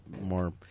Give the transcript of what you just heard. more